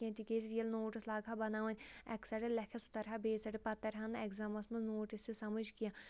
کیٚنٛہہ تِکیازِ ییٚلہِ نوٹٕس لاگہٕ ہا بَناوٕنۍ اکہِ سایڈٕ لٮ۪کھا سُہ تَرِ ہا بیٚیہِ سایڈٕ پَتہٕ تَرہا نہٕ اٮ۪گزامَس منٛز نوٹٕس تہِ سَمٕجھ کیٚنٛہہ